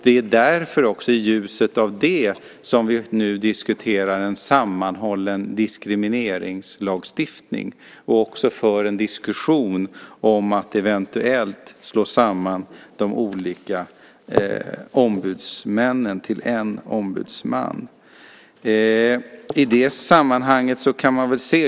Det är därför, i ljuset av det, som vi nu diskuterar en sammanhållen diskrimineringslagstiftning och också för en diskussion om att eventuellt slå samman de olika ombudsmännen till en ombudsman.